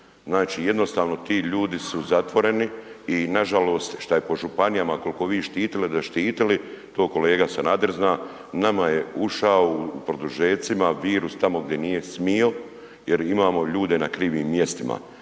Znači jednostavno ti ljudi zatvoreni i nažalost šta je po županijama, koliko vi štitili da štitili, to kolega Sanader zna, nama je ušao u produžecima virus tamo gdje nije smio jer imamo ljude na krivim mjestima